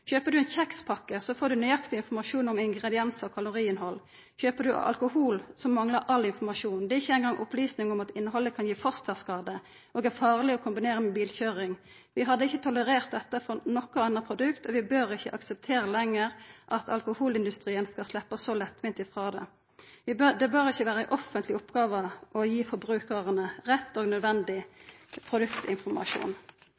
Kjøper du ein kjekspakke, får du nøyaktig informasjon om ingrediensar og kaloriinnhald. Kjøper du alkohol, manglar all informasjon. Det er ikkje eingong opplysningar om at innhaldet kan gi fosterskade og er farleg å kombinera med bilkøyring. Vi hadde ikkje tolerert dette for noko anna produkt, og vi bør ikkje lenger akseptera at alkoholindustrien skal sleppa så lettvint frå det. Det bør ikkje vera ei offentleg oppgåve å gi forbrukarane rett og